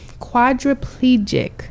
quadriplegic